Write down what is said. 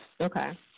okay